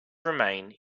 remain